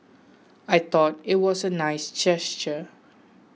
I thought it was a nice gesture